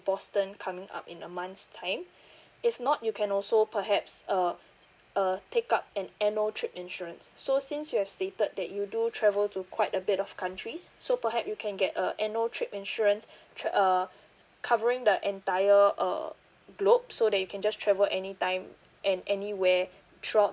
boston coming up in a month's time if not you can also perhaps uh uh take up an annual trip insurance so since you have stated that you do travel to quite a bit of countries so perhaps you can get a annual trip insurance uh covering the entire uh globe so that you can just travel anytime and anyway throughout